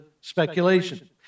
speculation